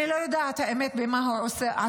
אני לא יודעת, האמת, במה הוא עסוק